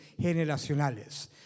generacionales